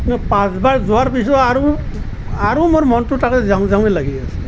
মোৰ পাঁচবাৰ যোৱাৰ পিছত আৰু আৰু মোৰ মনতো তাতে যাওঁ যাওঁৱে লাগি আছে